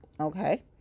Okay